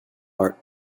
art